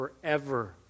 forever